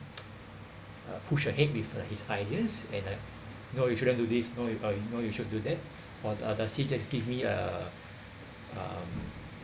push ahead with uh his ideas and I know you shouldn't do this no you uh you know you should do that or does he just give me a um